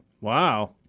Wow